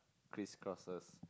Christ crosses